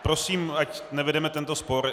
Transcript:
Prosím, ať nevedeme tento spor.